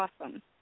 awesome